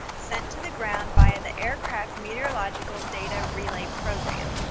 sent to the ground via the aircraft meteorological data relay program.